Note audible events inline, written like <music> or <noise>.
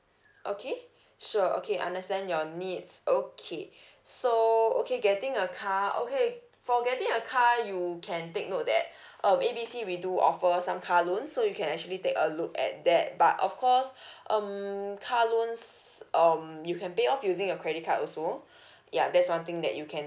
okay sure okay understand your needs okay so okay getting a car okay for getting a car you can take note that um A B C we do offer some car loans so you can actually take a look at that but of course <breath> um car loans um you can pay off using your credit card also <breath> ya that's one thing that you can